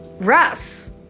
Russ